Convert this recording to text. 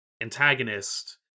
antagonist